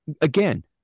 Again